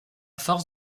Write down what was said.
force